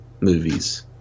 movies